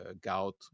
gout